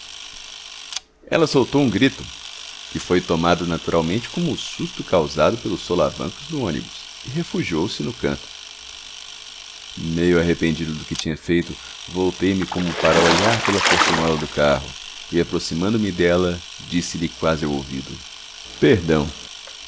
ela soltou um grito que foi tomado naturalmente como susto causado pelos solavancos do ônibus e refugiou-se no canto meio arrependido do que tinha feito voltei-me como para olhar pela portinhola do carro e aproximando me dela disse-lhe quase ao ouvido perdão